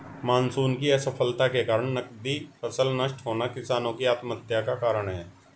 monsoon की असफलता के कारण नकदी फसल नष्ट होना किसानो की आत्महत्या का कारण है